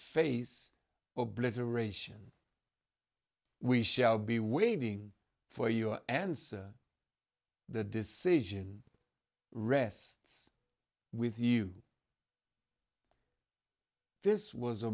face obliteration we shall be waiting for your answer the decision rests with you this was a